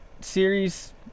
series